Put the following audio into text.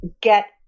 get